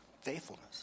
faithfulness